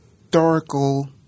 historical